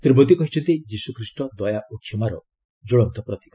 ଶ୍ରୀ ମୋଦୀ କହିଛନ୍ତି ଯୀଶୁଖ୍ରୀଷ୍ଟ ଦୟା ଓ କ୍ଷମାର ଜ୍ୱଳନ୍ତ ପ୍ରତୀକ